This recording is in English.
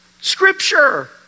Scripture